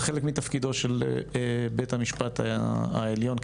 זה חלק מתפקידו של בית המשפט העליון,